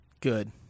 Good